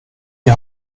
die